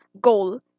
goal